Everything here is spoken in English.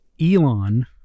elon